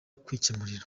kwikemurira